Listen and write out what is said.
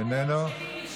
איננו.